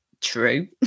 true